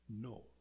No